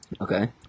Okay